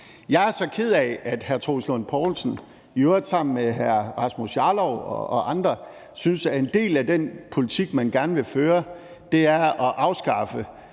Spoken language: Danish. Jeg er så ked af, at hr. Troels Lund Poulsen i øvrigt sammen med hr. Rasmus Jarlov og andre har det sådan, at en del af den politik, man gerne vil føre, går ud på at afskaffe